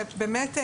ובאמת,